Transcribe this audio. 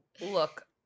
look